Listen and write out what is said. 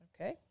okay